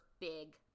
big